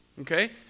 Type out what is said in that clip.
Okay